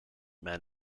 men